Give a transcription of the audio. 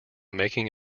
making